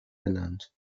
benannt